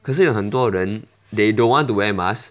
可是有很多人 they don't want to wear mask